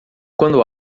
quando